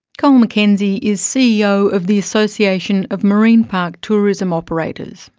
col mckenzie is ceo of the association of marine park tourism operators.